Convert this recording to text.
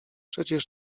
przecież